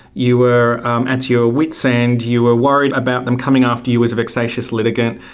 you were um at your wit's end, you were worried about them coming after you as a vexatious litigant,